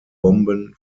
bomben